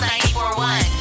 94.1